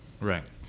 Right